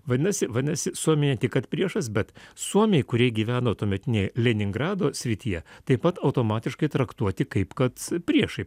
vadinasi vadinasi suomija ne tik kad priešas bet suomiai kurie gyveno tuometinėje leningrado srityje taip pat automatiškai traktuoti kaip kad priešai